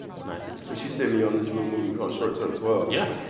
that's nice so she sent me on this little movie called short term twelve. yeah.